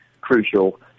crucial